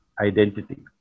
identity